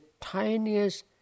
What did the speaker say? tiniest